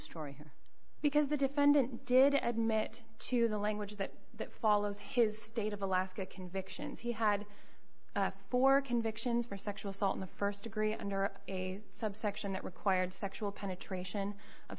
story here because the defendant did admit to the language that that follows his state of alaska convictions he had four convictions for sexual assault in the st degree under subsection that required sexual penetration of